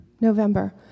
November